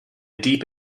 deep